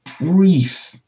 brief